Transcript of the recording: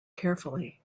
carefully